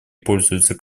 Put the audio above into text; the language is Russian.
пользуется